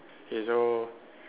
okay so